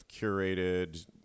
curated